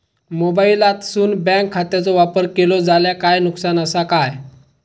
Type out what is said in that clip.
मोबाईलातसून बँक खात्याचो वापर केलो जाल्या काय नुकसान असा काय?